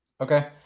okay